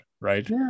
Right